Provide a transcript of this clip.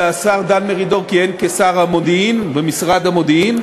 והשר דן מרידור כיהן כשר המודיעין במשרד המודיעין,